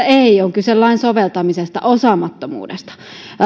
ei on kyse lain soveltamisesta osaamattomuudesta